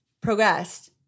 progressed